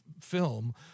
film